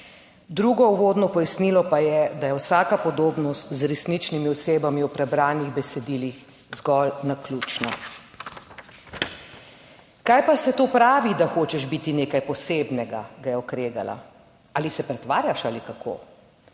Drugo uvodno pojasnilo pa je, da je vsaka podobnost z resničnimi osebami v prebranih besedilih zgolj naključna. "Kaj pa se to pravi, da hočeš biti nekaj posebnega? Ga je okregala. Ali se pretvarjaš, ali kako?